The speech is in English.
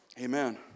Amen